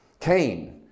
Cain